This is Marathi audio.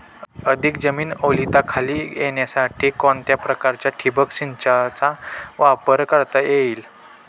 अधिक जमीन ओलिताखाली येण्यासाठी कोणत्या प्रकारच्या ठिबक संचाचा वापर करता येईल?